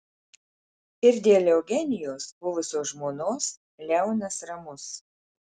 ir dėl eugenijos buvusios žmonos leonas ramus